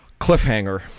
Cliffhanger